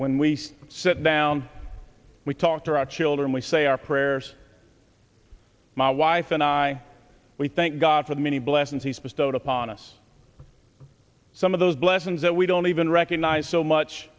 when we sit down we talk to our children we say our prayers my wife and i we thank god for the many blessings he supposed owed upon us some of those blessings that we don't even recognize so much